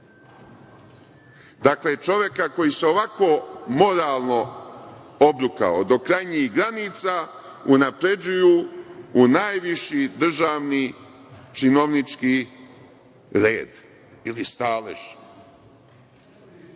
Dakle, čoveka koji se ovako moralno obrukao do krajnjih granica, unapređuju u najviši državni činovnički red ili stalež. Kakav